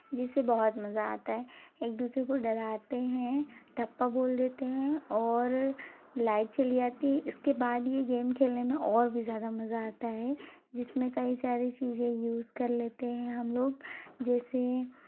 जिससे बहुत मज़ा आता है एक दूसरे को डराते हैं थप्पा बोल देते हैं और लाइट चली जाती इसके बाद ये गेम खेलने में और भी ज़्यादा मज़ा आता है जिसमें कई सारी चीज़ें यूज़ कर लेते है हम लोग जैसे